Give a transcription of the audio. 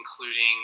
Including